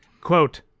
quote